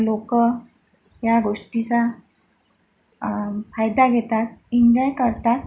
लोकं या गोष्टीचा फायदा घेतात इंजॉय करतात